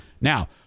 Now